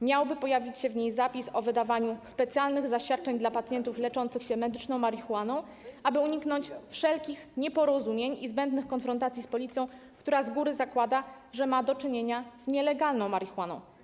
Miałby pojawić się w niej zapis o wydawaniu specjalnych zaświadczeń dla pacjentów leczących się medyczną marihuaną, aby uniknąć wszelkich nieporozumień i zbędnych konfrontacji z policją, która z góry zakłada, że ma do czynienia z nielegalną marihuaną.